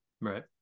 Right